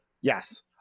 Yes